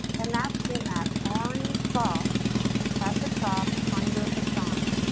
and that's in that orange box at the top under assigned.